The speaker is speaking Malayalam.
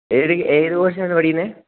ഏത് ഏത് പോഷനാണ് പഠിക്കുന്നത്